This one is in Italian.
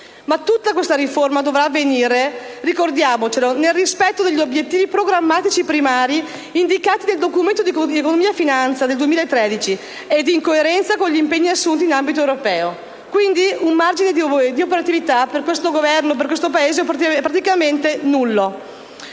Ma tutta questa riforma dovrà avvenire - ricordiamocelo - nel «rispetto degli obiettivi programmatici primari indicati nel Documento di economia e finanza 2013 ed in coerenza con gli impegni assunti in ambito europeo». È quindi un margine di operatività, per questo Governo e per il Paese, praticamente nullo,